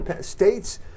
states